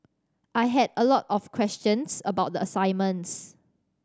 I had a lot of questions about the assignments